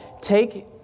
take